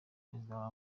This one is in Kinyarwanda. perezida